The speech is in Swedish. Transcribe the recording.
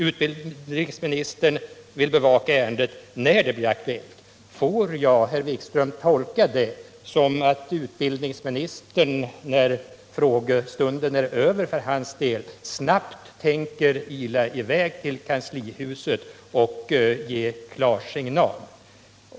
Utbildningsministern säger att han skall bevaka ärendet när det blir aktuellt. Får jag, herr Wikström, tolka det så, att utbildningsministern när frågestunden är över för hans del snabbt ilar i väg till kanslihuset för att ge klarsignal?